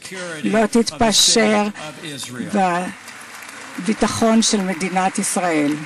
לעולם לא תתפשר על ביטחונה של מדינת ישראל.